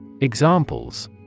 Examples